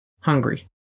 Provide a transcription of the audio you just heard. hungry